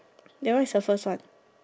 that one is her first one